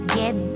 get